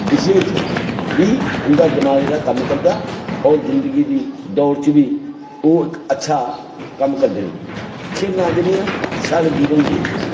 विशें च बी उं'दा दमाग जेह्ड़ा कम्म करदा होर जिंदगी दी दौड़ च बी ओह् इक अच्छा कम्म करदे न खेलां जेह्ड़ियां साढ़े जीवन गी